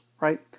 right